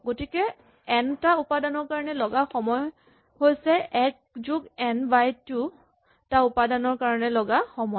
গতিকে এন টা উপাদানৰ কাৰণে লগা সময় হৈছে এক যোগ এন বাই টু টা উপাদানৰ কাৰণে লগা সময়